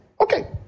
Okay